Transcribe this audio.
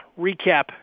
recap